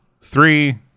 three